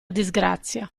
disgrazia